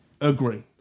agree